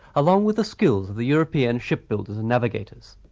along with the skills of the european shipbuilders and navigators.